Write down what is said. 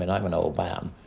and i'm an old man.